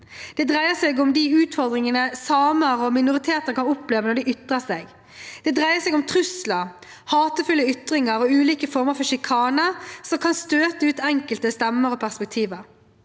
Det dreier seg om de utfordringene samer og andre minoriteter kan oppleve når de ytrer seg. Det dreier seg om trusler, hatefulle ytringer og ulike former for sjikane, som kan støte ut enkelte stemmer og perspektiver.